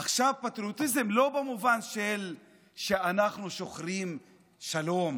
עכשיו, פטריוטיזם לא במובן שאנו שוחרים שלום.